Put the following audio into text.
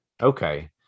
Okay